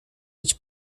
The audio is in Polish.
być